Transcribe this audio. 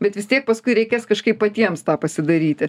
bet vis tiek paskui reikės kažkaip patiems pasidaryti